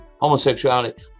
homosexuality